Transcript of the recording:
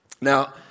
Now